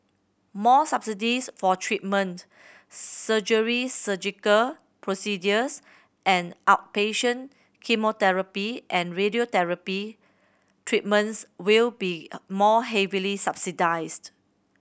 more subsidies for treatment surgery Surgical procedures and outpatient chemotherapy and radiotherapy treatments will be more heavily subsidised